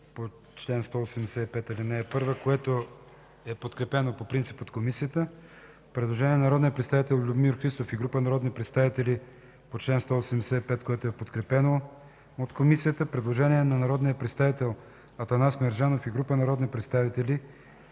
представител Петър Славов, което не е подкрепено от Комисията. Предложение на народния представител Любомир Христов и група народни представители, което е подкрепено от Комисията. Предложение на народния представител Атанас Мерджанов и група народни представители